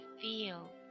feel